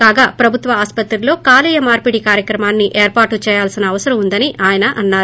కాగా ప్రభుత్వ ఆసుపత్రులలో కాలేయ మార్పిడి కార్యక్రమాన్సి ఏర్పాటు చేయాల్సిన అవసరం ఉందని ఆయన అన్నారు